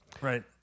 Right